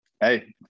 Hey